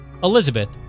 Elizabeth